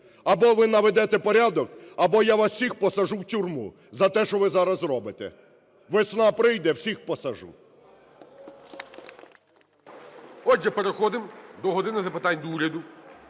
Або ви наведете порядок, або я вас всіх посаджу в тюрму за те, що ви зараз робите. Весна прийде – всіх посаджу. ГОЛОВУЮЧИЙ. Отже, переходимо до "години запитань до Уряду".